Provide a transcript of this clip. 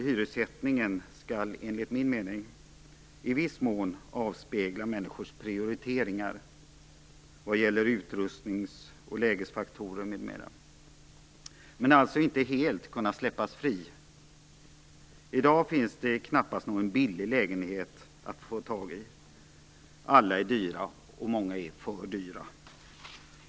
Hyressättningen skall enligt min mening i viss mån avspegla människors prioriteringar vad gäller utrustnings och lägesfaktorer m.m., men skall alltså inte helt kunna släppas fri. I dag finns det knappast någon "billig" lägenhet att få tag i. Alla lägenheter är dyra, många för dyra.